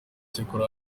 cyakora